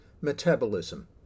metabolism